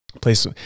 Place